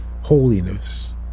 holiness